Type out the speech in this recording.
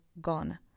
gone